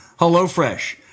HelloFresh